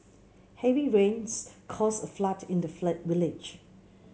heavy rains caused a flood in the village